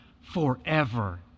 forever